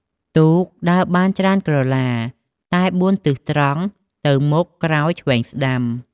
ទូក ដើរបានច្រើនក្រឡា តែ ៤ទិសត្រង់ ទៅមុខ ក្រោយ ឆ្វេង ស្កាំ។